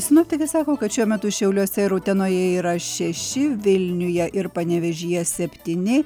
sinoptikai sako kad šiuo metu šiauliuose ir utenoje yra šeši vilniuje ir panevėžyje septyni